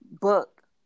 book